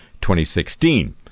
2016